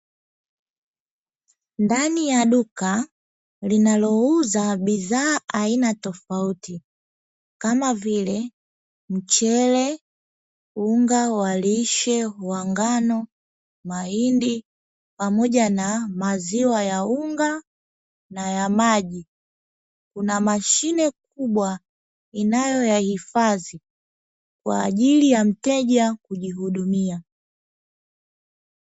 Ndani ya duka linalouza bidhaa aina tofauti kama vile mchele, unga wa lishe, wa ngano, mahindi pamoja na maziwa ya unga na ya maji. Kuna mashine kubwa inayoyahifadhi kwa ajili ya mteja kujihudumia.